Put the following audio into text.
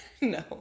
No